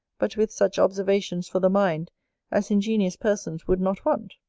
but with such observations for the mind as ingenious persons would not want!